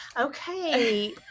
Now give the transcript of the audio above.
Okay